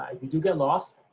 if you do get lost,